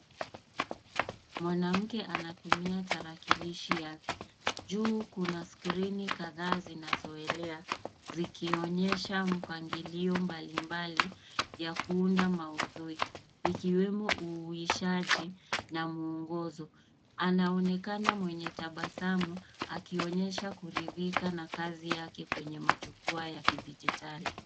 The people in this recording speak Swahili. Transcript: Mwanamke anatumia tarakilishi yake. Juu kuna skrini kadhaa zinazoelea, zikionyesha mpangilio mbalimbali, ya kuunda maudhui. Ikiwemo uhuishaji, na muongozo. Anaonekana mwenye tabasamu, akionyesha kuridhika na kazi yake kwenye majukwaa ya kidijitali.